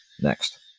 next